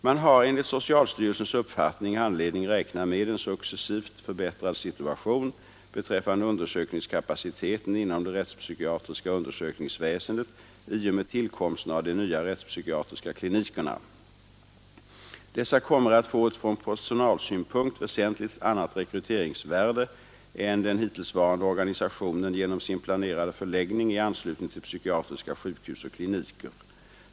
Man har enligt socialstyrelsens uppfattning anledning räkna med en successivt förbättrad situation beträffande undersökningskapaciteten inom det rättspsykiatriska undersökningsväsendet i och med tillkomsten av de nya rättspsykiatriska klinikerna. Dessa kommer att få ett från personalsynpunkt väsentligt annat rekryteringsvärde än den hittillsvarande organisationen genom sin planerade förläggning i anslutning till psykiatriska sjukhus och kliniker.